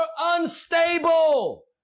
unstable